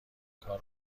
کار